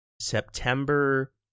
September